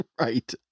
Right